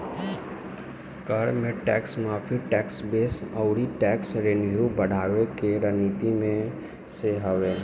कर में टेक्स माफ़ी, टेक्स बेस अउरी टेक्स रेवन्यू बढ़वला के रणनीति में से हवे